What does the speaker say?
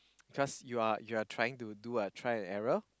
cause you are you are trying to do a trial and error